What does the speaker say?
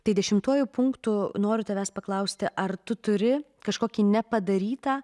tai dešimtuoju punktu noriu tavęs paklausti ar tu turi kažkokį nepadarytą